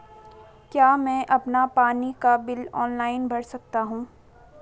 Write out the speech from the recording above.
क्या मैं अपना पानी का बिल ऑनलाइन भर सकता हूँ?